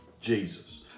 Jesus